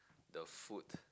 the foot